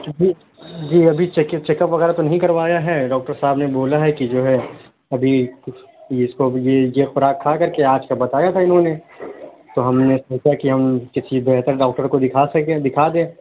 جی جی ابھی چیکپ وغیرہ تو نہیں کروایا ہے ڈاکٹر صاحب نے بولا ہے کہ جو ہے ابھی کچھ یہ اس کو یہ یہ خوراک کھا کر کے آج کا بتایا تھا انہوں نے تو ہم نے سوچا کہ ہم کسی بہتر ڈاکٹر کو دکھا سکیں دکھا دیں